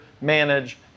manage